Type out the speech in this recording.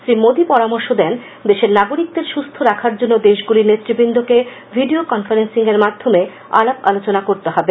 শ্রীমোদি পরামর্শ দেন যে দেশের নাগরিকদের সুস্থ রাখার জন্য দেশগুলির নেতৃবৃন্দকে ভিডিও কনফারেপ্সিং এর মাধ্যমে আলাপ আলোচনা করতে হবে